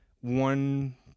one